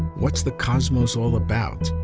what's the cosmos all about?